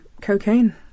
cocaine